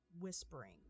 whispering